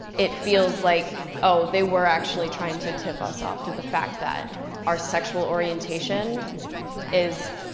it feels like, oh, they were actually trying to tip us off to the fact that our sexual orientation is